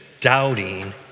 doubting